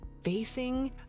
facing